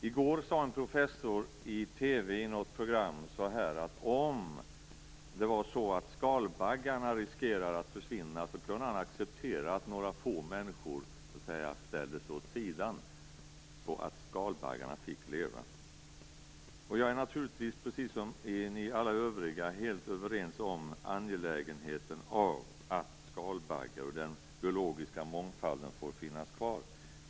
I går sade en professor i ett TV-program något om att om det skulle vara så att skalbaggarna riskerade att försvinna skulle han kunna acceptera att några få människor så att säga ställdes åt sidan så att skalbaggarna skulle få leva. Jag är naturligtvis, precis som alla ni övriga, helt övertygad om angelägenheten av att skalbaggar och den biologiska mångfalden får finnas kvar.